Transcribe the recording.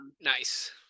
Nice